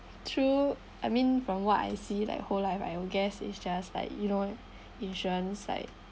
true I mean from what I see like whole life I'll guess it's just like you know what insurance like